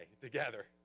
together